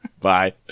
Bye